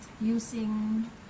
using